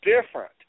different